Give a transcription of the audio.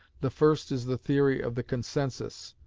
the first is the theory of the consensus,